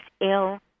ill